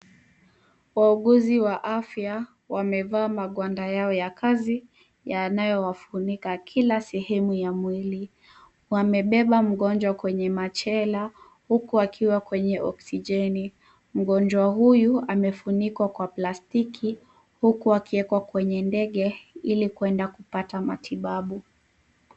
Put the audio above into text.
Wauguzi wa afya wamevaa magwanda yao ya kazi yanayowafunika kila sehemu ya mwili. Wamebeba mgonjwa kwenye machela, huku akiwa kwenye oksijeni. Mgonjwa huyo amefunika kwa plastiki huku akiwekwa kwenye ndege ili kuenda kupata matibabu.